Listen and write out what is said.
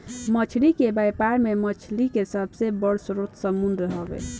मछली के व्यापार में मछली के सबसे बड़ स्रोत समुंद्र हवे